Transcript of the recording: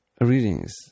readings